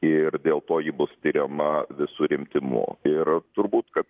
ir dėl to ji bus tiriama visu rimtimu ir turbūt kad